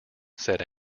said